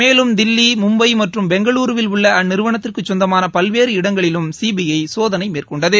மேலும் தில்லி மும்பை மற்றம் பெங்களுருவில் உள்ள அந்நிறுவனத்திற்கு கொந்தமான பல்வேறு இடங்களிலும் சிபிஐ சோதனை மேற்கொண்டது